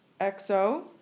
XO